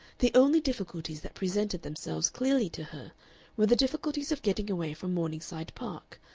the only difficulties that presented themselves clearly to her were the difficulties of getting away from morningside park,